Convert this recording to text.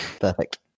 Perfect